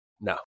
No